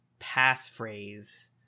passphrase